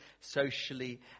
socially